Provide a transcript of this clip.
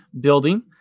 building